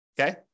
okay